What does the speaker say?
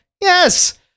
Yes